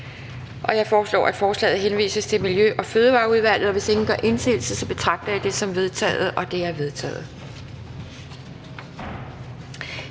folketingsbeslutning henvises til Miljø- og Fødevareudvalget. Hvis ingen gør indsigelse, betragter jeg det som vedtaget. Det er vedtaget.